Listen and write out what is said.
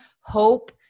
hope